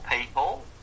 people –